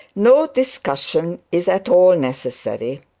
no discussion is at all necessary.